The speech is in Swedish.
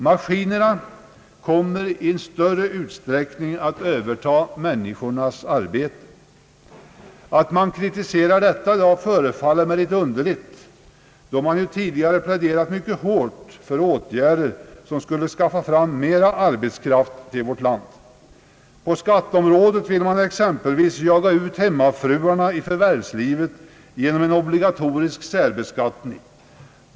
Maskinerna kommer att i större utsträckning överta människornas arbete. Att man kritiserar detta i dag förefaller mig litet underligt, då man ju tidigare pläderat mycket hårt för åtgärder som skulle skaffa mera arbetskraft till vårt land. På skatteområdet vill man exempelvis jaga ut hemmafruarna i förvärvslivet genom en obligatorisk särbeskattning.